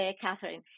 Catherine